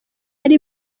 ari